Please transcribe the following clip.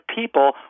people